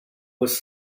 was